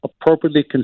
appropriately